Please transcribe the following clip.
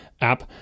app